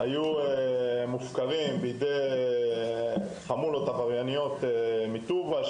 היו השטחים מופקרים בידי חמולות עברייניות מטובא זנגריה,